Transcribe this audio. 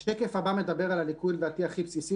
השקף הבא מדבר על הליקוי הכי בסיסי,